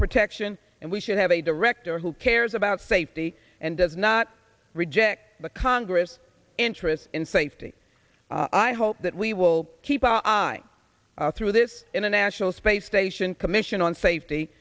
protection and we should have a director who cares about safety and does not reject the congress interest in safety i hope that we will keep our eye through this international space station commission on safety